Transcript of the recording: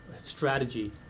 strategy